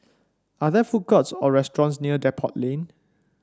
are there food courts or restaurants near Depot Lane